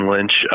Lynch